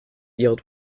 yelled